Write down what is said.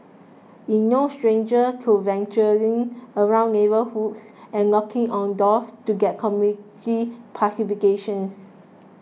is no stranger to venturing around neighbourhoods and knocking on doors to get community participations